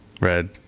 Red